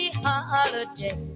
holiday